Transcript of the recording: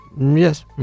Yes